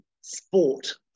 sport